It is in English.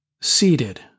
seated